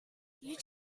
you